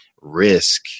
risk